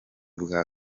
bwa